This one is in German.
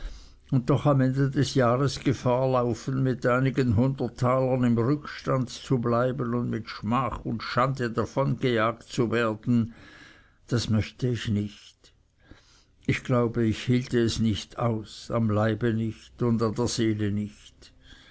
und doch am ende des jahres gefahr laufen mit einigen hundert talern im rückstande zu bleiben und mit schmach und schande davongejagt zu werden das möchte ich nicht ich glaube ich hielte es nicht aus am leibe nicht und an der seele nicht